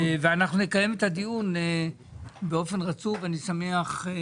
ואנחנו נקיים את הדיון באופן רצוף ואני שמח.